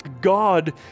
God